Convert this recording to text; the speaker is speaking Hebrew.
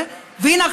והינה,